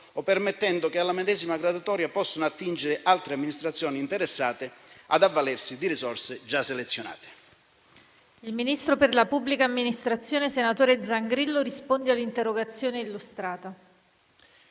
o permettendo che alla medesima graduatoria possano attingere altre amministrazioni interessate ad avvalersi di risorse già selezionate. PRESIDENTE. Il ministro per la pubblica amministrazione, senatore Zangrillo, ha facoltà di rispondere all'interrogazione testé illustrata,